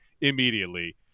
immediately